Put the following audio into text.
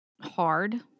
hard